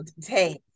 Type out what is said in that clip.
take